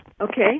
Okay